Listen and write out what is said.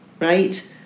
Right